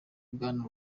bwana